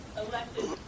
elected